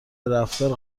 رفتار